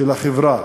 של החברה,